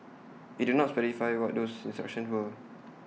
IT did not specify what those instructions were